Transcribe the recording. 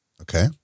Okay